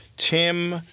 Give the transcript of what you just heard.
Tim